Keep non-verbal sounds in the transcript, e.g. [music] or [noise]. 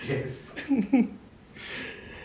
[laughs]